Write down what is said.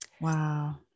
Wow